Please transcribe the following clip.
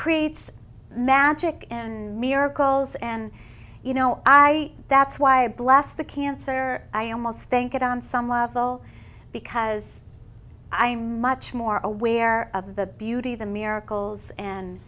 creates magic and miracles and you know i that's why i bless the cancer i almost think it on some level because i am much more aware of the beauty the miracles and